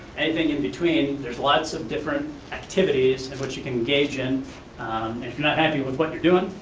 anything in between, there's lots of different activities in which you can engage in, and if you're not happy with what you're doing,